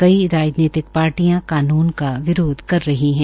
कई राजनीतिक पार्टियां कानून का विरोध कर रही है